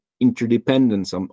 interdependence